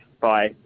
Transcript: Bye